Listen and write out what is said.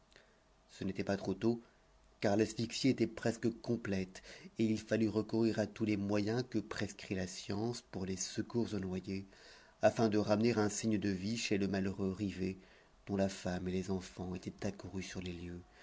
ce n'était pas trop tôt car l'asphyxie était presque complète et il fallut recourir à tous les moyens que prescrit la science pour les secours aux noyés afin de ramener un signe de vie chez le malheureux rivet dont la femme et les enfants étaient accourus sur les lieux